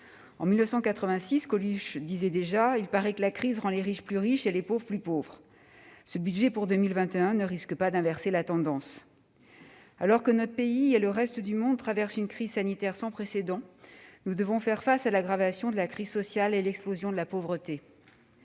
En 1986, Coluche disait déjà :« Il paraît que la crise rend les riches plus riches et les pauvres plus pauvres. » Ce budget pour 2021 ne risque pas d'inverser la tendance ... Alors que notre pays et le reste du monde traversent une crise sanitaire sans précédent, nous devons faire face à l'aggravation de la crise sociale et à l'explosion de la pauvreté.